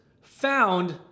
found